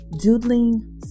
doodling